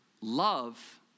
Love